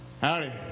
Howdy